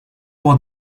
war